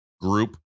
group